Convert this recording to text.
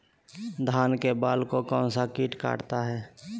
धान के बाल को कौन सा किट काटता है?